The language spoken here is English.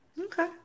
Okay